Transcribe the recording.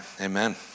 amen